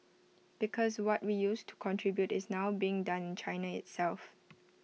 because what we used to contribute is now being done China itself